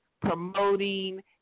promoting